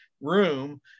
room